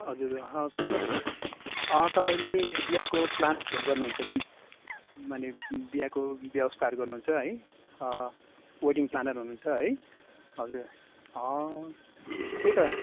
हजुर सुन्नुहोस् न तपाईँले यो बिहाको प्लानहरू गर्नुहुन्छ नि माने बिहाको व्यवस्थाहरू गर्नु हुन्छ है वेडिङ प्लानर हुनुहुन्छ है हजुर त्यही त